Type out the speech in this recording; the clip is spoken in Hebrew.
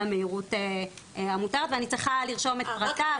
המהירות המותרת ואני צריכה לרשום את פרטיו,